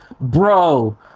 bro